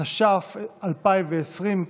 התש"ף 2020,